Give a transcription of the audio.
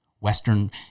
Western